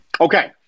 Okay